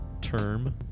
term